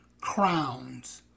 crowns